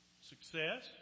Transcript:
success